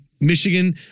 Michigan